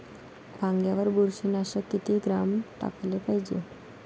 वांग्यावर बुरशी नाशक किती ग्राम टाकाले पायजे?